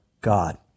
God